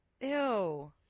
ew